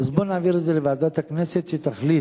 אז בוא נעביר את זה לוועדת הכנסת שתחליט,